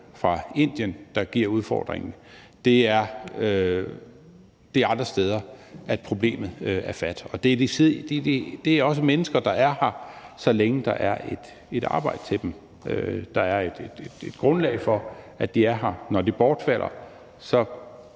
fra Indien, der giver udfordringer – det er andre steder, problemet har fat. Det er også mennesker, der er her, så længe der er et arbejde til dem, så længe der er et grundlag for, at de er her. Når det bortfalder, så